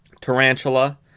Tarantula